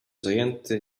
zajęty